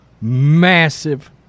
massive